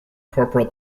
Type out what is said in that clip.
corporal